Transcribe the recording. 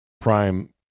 prime